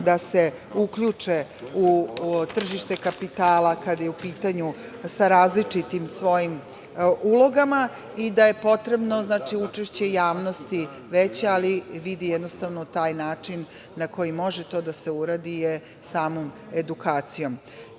da se uključe u tržište kapitala, kada je u pitanju, sa različitim svojim ulogama i da je potrebno veće učešće javnosti, ali taj način na koji može to da se uradi je samom edukacijom. Kada